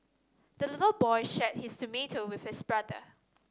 the little boy shared his tomato with his brother